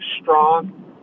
strong